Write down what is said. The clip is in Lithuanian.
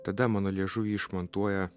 tada mano liežuvį išmontuoja